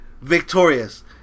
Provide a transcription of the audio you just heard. victorious